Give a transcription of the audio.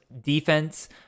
defense